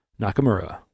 Nakamura